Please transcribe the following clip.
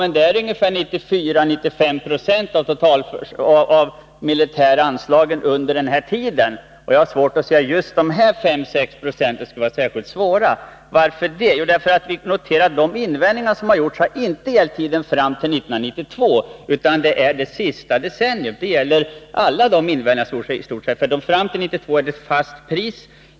Men även 25 miljarder till sekelskiftet är inte mer än omkring 6-7 90 av försvarsanslagen. Jag noterar att i stort sett alla de invändningar som gjorts i debatten inte har gällt tiden fram till 1992 utan det sista decenniet av detta sekel. Fram till 1992 är det ett fast pris.